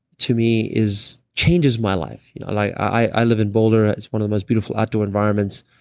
to me, is changes my life. you know i live in boulder, it's one of the most beautiful outdoor environments.